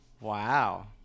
Wow